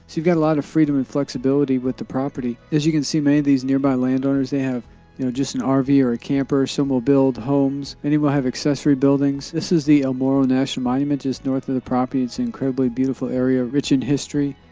you've got a lot of freedom and flexibility with the property. as you can see, many of these nearby land owners, they have you know just an ah rv or a camper. some will build homes. many will have accessory buildings. this is the el morro national monument just north of the property. it's an incredibly beautiful area, rich in history.